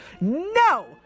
No